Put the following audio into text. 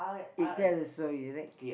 it tells a story is right